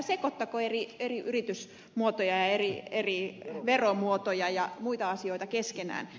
älkää sekoittako eri yritysmuotoja ja eri veromuotoja ja muita asioita keskenään